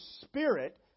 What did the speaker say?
Spirit